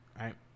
right